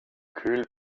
kühl